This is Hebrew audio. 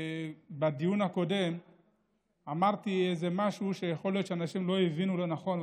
בדיון הקודם אמרתי איזה משהו שיכול להיות שאנשים הבינו לא נכון,